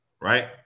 right